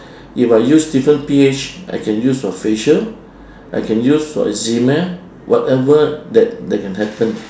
if I use different P_H I can use for facial I can use for eczema whatever that that can happen